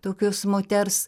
tokios moters